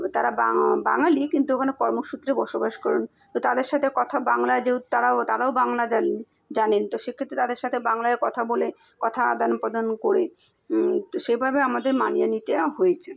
তারা বাঙালি কিন্তু ওখানে কর্মসূত্রে বসবাস করেন তো তাদের সাথে কথা বাংলায় যেহেতু তারাও তারাও বাংলা জানে জানেন তো সেক্ষেত্রে তাদের সাথে বাংলায় কথা বলে কথা আদান প্রদান করে তো সেভাবে আমাদের মানিয়ে নিতে হয়েছে